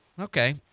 Okay